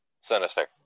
Sinister